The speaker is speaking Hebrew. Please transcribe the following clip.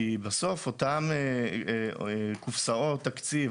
כי בסוף אותם קופסאות תקציב,